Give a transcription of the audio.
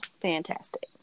fantastic